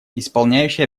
исполняющий